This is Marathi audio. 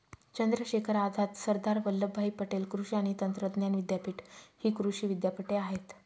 चंद्रशेखर आझाद, सरदार वल्लभभाई पटेल कृषी आणि तंत्रज्ञान विद्यापीठ हि कृषी विद्यापीठे आहेत